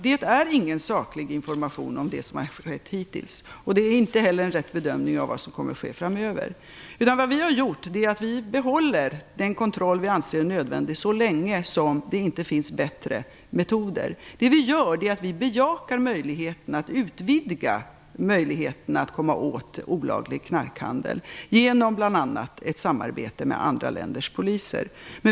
Det är ingen saklig information om det som har hänt hittills. Det är inte heller en rätt bedömning om vad som kommer att ske framöver. Vad vi har gjort är att vi behåller den kontroll som vi anser nödvändig så länge det inte finns bättre metoder. Vi bejakar möjligheten att utvidga möjligheter att komma åt olaglig narkotikahandel genom bl.a. ett samarbete med andra länders poliser.